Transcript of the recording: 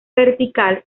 vertical